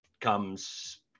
comes